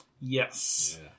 Yes